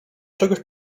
czegoś